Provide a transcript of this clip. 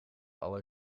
alle